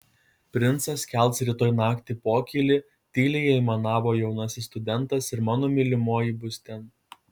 princas kels rytoj naktį pokylį tyliai aimanavo jaunasis studentas ir mano mylimoji bus ten